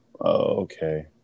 Okay